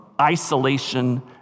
isolation